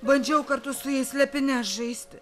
bandžiau kartu su jais slėpynes žaisti